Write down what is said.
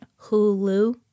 Hulu